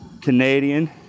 canadian